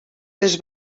les